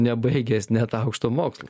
nebaigęs net aukšto mokslo